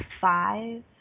five